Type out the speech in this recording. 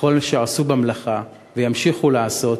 לכל אלה שעשו במלאכה וימשיכו לעשות,